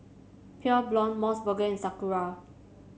Pure Blonde MOS burger and Sakura